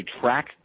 track